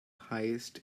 highest